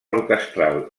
orquestral